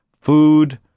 food